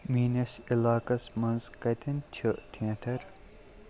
میٛٲنِس علاقس منٛز کََتیٛن چھُ تھیٹر ؟